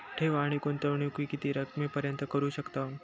ठेव आणि गुंतवणूकी किती रकमेपर्यंत करू शकतव?